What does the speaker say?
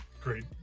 great